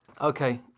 Okay